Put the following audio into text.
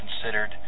considered